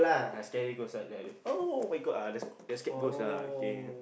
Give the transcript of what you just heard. ya scary ghost like like [oh]-my-god ah the the scared ghost lah okay